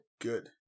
good